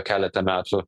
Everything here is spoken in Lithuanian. keletą metų